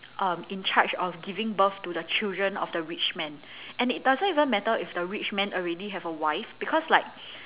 um in charge of giving birth to the children of the rich man and it doesn't even matter if the rich man already have a wife because like